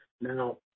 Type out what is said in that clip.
Now